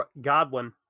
Godwin